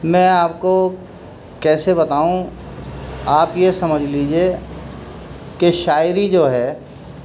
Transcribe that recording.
میں آپ کو کیسے بتاؤں آپ یہ سمجھ لیجیے کہ شاعری جو ہے